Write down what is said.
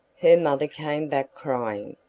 her mother came back crying,